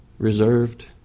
reserved